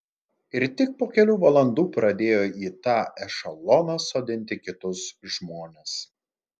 ir tik po kelių valandų pradėjo į tą ešeloną sodinti kitus žmones